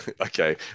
Okay